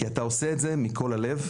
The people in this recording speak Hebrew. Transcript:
כי אתה עושה את זה מכל הלב.